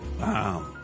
Wow